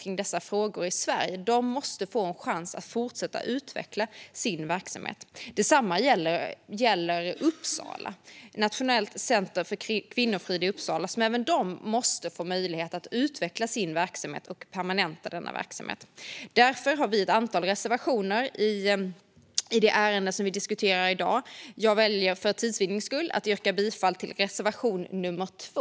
Även Nationellt centrum för kvinnofrid i Uppsala måste bli permanent och få möjlighet att utveckla sin verksamhet. Vi har därför ett antal reservationer i dagens betänkande, men för tids vinnande yrkar jag bifall enbart till reservation nr 2.